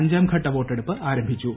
അഞ്ചാം ഘട്ട വോട്ടെടുപ്പ് ആര്യഭിച്ചു